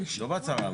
לא בהצהרה.